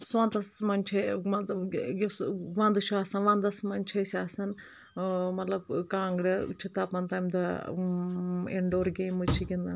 سونٛتس منٛز چھِ مان ژٕ یُس ونٛدٕ چھُ آسان ونٛدس منٛز چھِ أسۍ آسان مطلب کانگرِ چھِ تپن تمہِ دۄہ اِن ڈور گیمٕز چھِ گِنٛدان